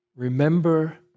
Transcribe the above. Remember